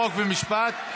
חוק ומשפט.